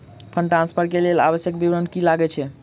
Fund transfer केँ लेल आवश्यक विवरण की की लागै छै?